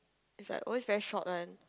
is like always very short one